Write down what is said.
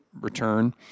return